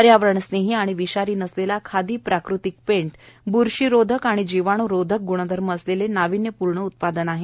पर्यावरण स्नेही आणि विषारी नसलेला खादी प्राकृतिक पेंट बुरशी रोधक आणि जीवाणू रोधक गुणधर्म असलेले नाविन्यपूर्ण उत्पादन आहे